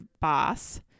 boss